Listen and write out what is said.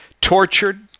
tortured